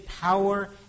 power